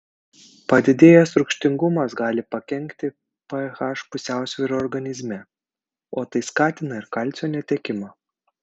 padidėjęs rūgštingumas gali pakenkti ph pusiausvyrai organizme o tai skatina ir kalcio netekimą